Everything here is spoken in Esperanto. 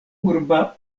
urba